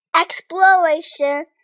exploration